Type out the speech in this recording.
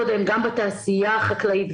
זה גם בתעשייה החקלאית,